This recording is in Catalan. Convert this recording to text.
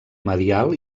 medial